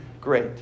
great